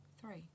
three